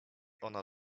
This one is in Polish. ona